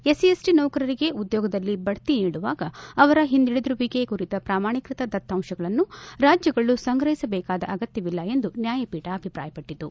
SC SC ನೌಕರರಿಗೆ ಉದ್ಲೋಗಗಳಲ್ಲಿ ಬಡ್ತಿ ನೀಡುವಾಗ ಅವರ ಹಿಂದುಳಿದಿರುವಿಕೆ ಕುರಿತ ಪ್ರಮಾಣಿಕೃತ ದತ್ತಾಂಶಗಳನ್ನು ರಾಜ್ಜಗಳು ಸಂಗ್ರಹಿಸಬೇಕಾದ ಅಗತ್ತವಿಲ್ಲ ಎಂದು ನ್ಹಾಯಪೀಠ ಅಭಿಪ್ರಾಯಪಟ್ಟತು